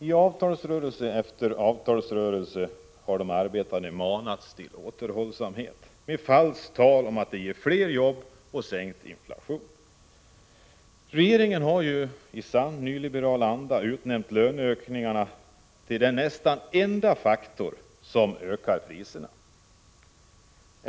I avtalsrörelse efter avtalsrörelse har de arbetande manats till återhållsamhet med falskt tal om att det ger fler jobb och sänkt inflation. Regeringen har i sann nyliberal anda utnämnt löneökningarna till den nästan enda faktor som höjer priserna.